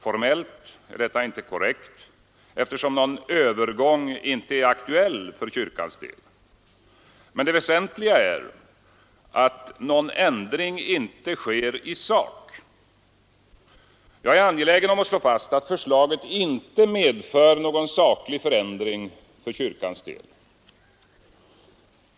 Formellt är detta inte korrekt, eftersom någon ”övergång” inte är aktuell för kyrkans del, men det väsentliga är att någon ändring inte sker i sak. Jag är angelägen att slå fast att förslaget inte medför någon saklig förändring för kyrkans del.